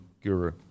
Guru